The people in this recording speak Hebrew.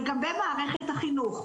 לגבי מערכת החינוך,